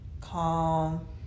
calm